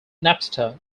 napster